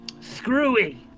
screwy